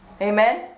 Amen